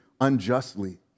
unjustly